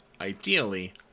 Ideally